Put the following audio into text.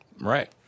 right